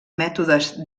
mètodes